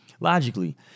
logically